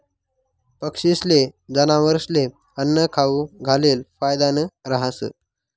पक्षीस्ले, जनावरस्ले आन्नं खाऊ घालेल फायदानं रहास